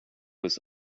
was